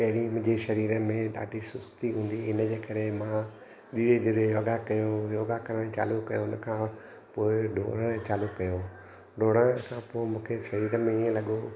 पहिरीं मुंहिंजे शरीर में ॾाढी सुस्ती हूंदी हुई इन जे करे मां धीरे धीरे योगा कयो योगा करणु चालू कयो उन खां पोइ डोड़णु चालू कयो डोड़ण खां पोइ मूंखे शरीर में ईअं लॻो